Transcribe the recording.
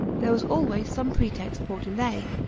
there was always some pretext for delay.